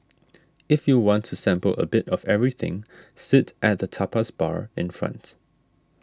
if you want to sample a bit of everything sit at the tapas bar in front